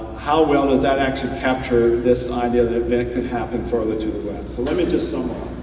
how well has that actually captured this idea that vent could happen further to the west. so let me just sum up.